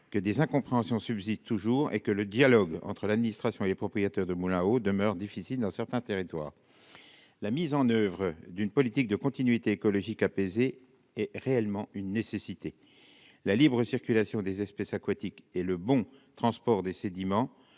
que des incompréhensions subsistent toujours et que le dialogue entre l'administration et les propriétaires de moulins à eau demeure difficile dans certains territoires, la mise en oeuvre d'une politique de continuité écologique apaisée et réellement une nécessité la libre circulation des espèces aquatiques et le bon transport des sédiments